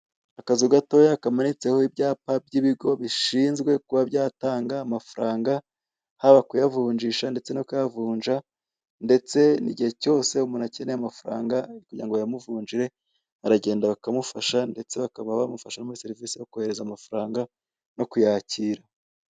Akazu gatoya kamanitseho ibyapa by'ibigo bishinzwe kuba byatanga amafaranga haba kuyavunjisha ndetse no kuyavunja ndetse n'igihe cyose umuntu akeneye amafaranga kugirango bayamuvunjire aragenda bakamufasha ndetse bakaba bamufasha no muri serivise yo kwohereza amafaranga no kuyacyira.